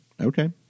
Okay